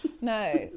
no